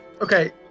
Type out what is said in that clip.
Okay